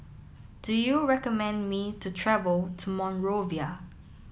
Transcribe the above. do you recommend me to travel to Monrovia